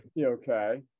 okay